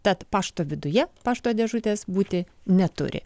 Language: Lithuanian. tad pašto viduje pašto dėžutės būti neturi